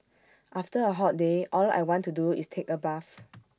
after A hot day all I want to do is take A bath